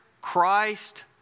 Christ